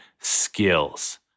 skills